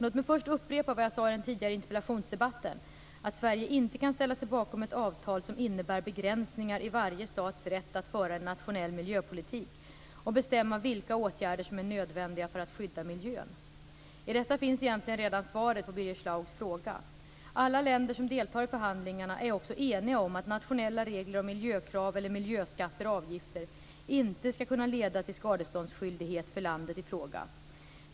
Låt mig först upprepa vad jag sade i den tidigare interpellationsdebatten, att Sverige inte kan ställa sig bakom ett avtal som innebär begränsningar i varje stats rätt att föra en nationell miljöpolitik och bestämma vilka åtgärder som är nödvändiga för att skydda miljön. I detta finns egentligen redan svaret på Birger Schlaugs fråga. Alla länder som deltar i förhandlingarna är också eniga om att nationella regler om miljökrav eller miljöskatter/avgifter inte skall kunna leda till skadeståndsskyldighet för landet i fråga.